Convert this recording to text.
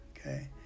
okay